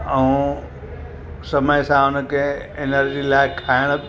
ऐं समय सां उन खे एनर्जी लाइक़ु खाइणु